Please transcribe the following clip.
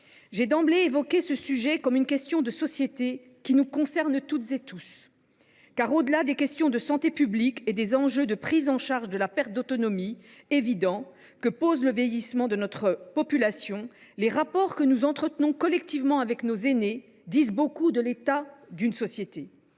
J’ai d’emblée évoqué ce sujet comme une question de société qui nous concerne tous, car, au delà des questions de santé publique et des enjeux évidents de prise en charge de la perte d’autonomie posés par le vieillissement de notre population, les rapports que nous entretenons collectivement avec nos aînés disent beaucoup de l’état d’une société.